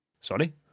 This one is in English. Sorry